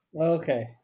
Okay